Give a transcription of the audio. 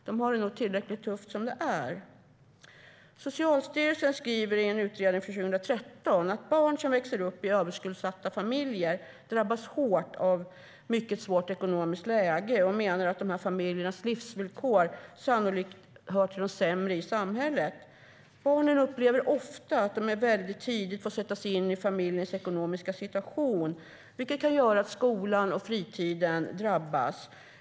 De har det nog tillräckligt tufft som det är. Barnen upplever ofta att de väldigt tidigt får sätta sig in i familjens ekonomiska situation, vilket kan göra att skolarbetet och fritiden drabbas.